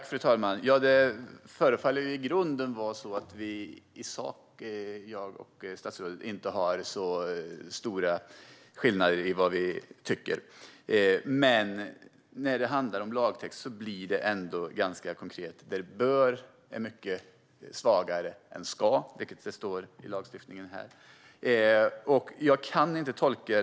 Fru talman! Det förefaller som att det i grunden inte är så stor skillnad mellan vad jag och statsrådet tycker. Men när det handlar om lagtext blir det ändå ganska konkret - "bör" är mycket svagare än "ska", vilket står i lagstiftningen som jag har framför mig.